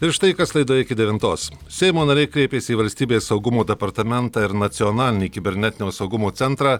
ir štai kas laidoj devintos seimo nariai kreipėsi į valstybės saugumo departamentą ir nacionalinį kibernetinio saugumo centrą